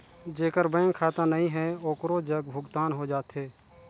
जेकर बैंक खाता नहीं है ओकरो जग भुगतान हो जाथे?